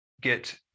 get